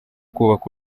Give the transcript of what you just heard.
kubaka